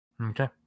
Okay